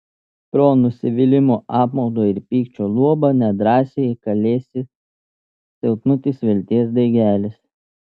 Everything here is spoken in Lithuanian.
pro nusivylimo apmaudo ir pykčio luobą nedrąsiai kalėsi silpnutis vilties daigelis